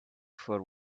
for